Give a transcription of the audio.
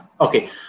Okay